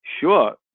sure